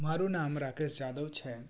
મારું નામ રાકેશ જાદવ છે